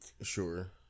sure